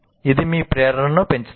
ఇది మీ ప్రేరణను పెంచుతుంది